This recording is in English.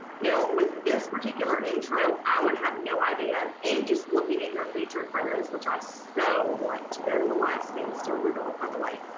now, with this particular intro i would have no idea and just looking at your featured photos which i so want to go to alaska and steal your dog by the way.